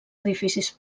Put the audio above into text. edificis